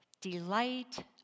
delight